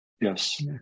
Yes